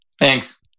Thanks